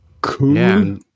Cool